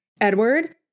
Edward